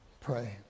pray